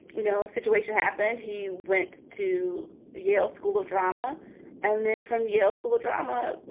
you know, situation happened, he went to yale school of drama and then from yale school of drama.